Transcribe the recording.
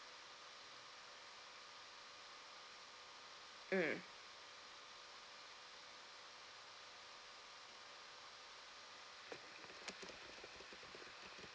mm